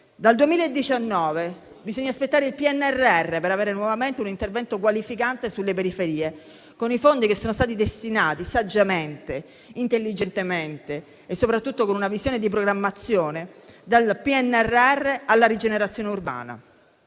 Dal 2019 bisogna aspettare il PNRR per avere nuovamente un intervento qualificante sulle periferie con i fondi che sono stati destinati saggiamente, intelligentemente e soprattutto con una visione di programmazione, dal PNRR alla rigenerazione urbana.